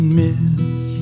miss